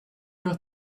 your